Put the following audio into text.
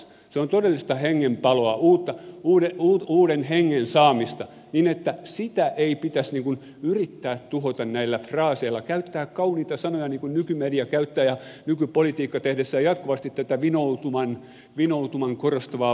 se on todellista hengen paloa uuden hengen saamista niin että sitä ei pitäisi yrittää tuhota näillä fraaseilla käyttää kauniita sanoja niin kuin nykymedia käyttää ja niin kuin nykypolitiikka käyttää tehdessään jatkuvasti tätä vinoutumaa korostavaa politiikkaa